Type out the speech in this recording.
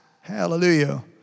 Hallelujah